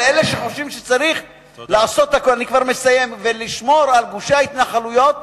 של אלה שחושבים שצריך לעשות הכול ולשמור על גושי ההתנחלויות,